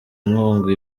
inkunga